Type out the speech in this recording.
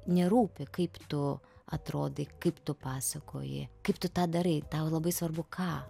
nerūpi kaip tu atrodai kaip tu pasakoji kaip tu tą darai tau labai svarbu ką